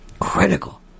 Critical